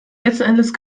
letztendlich